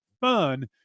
fun